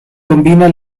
combina